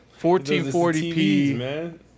1440p